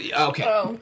Okay